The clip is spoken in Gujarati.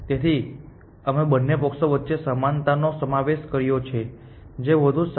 તેથી અમે બંને પક્ષો વચ્ચે સમાનતા નો સમાવેશ કર્યો છે જે વધુ સારી છે